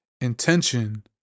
Intention